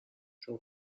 چون